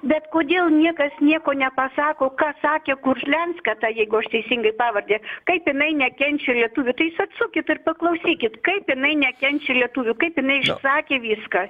bet kodėl niekas nieko nepasako ką sakė kurlianska ta jeigu aš teisingai pavardę kaip jinai nekenčia lietuvių tai jūs atsukit ir paklausykit kaip jinai nekenčia lietuvių kaip jinai išsakė viską